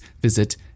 visit